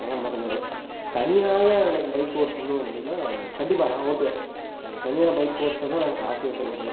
அதெல்லாம் பிரசசினை கிடையாது தனியாக எனக்கு பைக் ஓட்டணும் அப்படின்னா கண்டிப்பாக நான் ஓட்டுவேன் எனக்கு தனியா பைக் ஓட்டணும்னா எனக்கு ஆசையே சொல்லப்போனால்